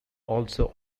also